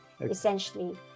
essentially